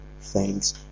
thanks